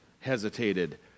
hesitated